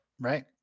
Right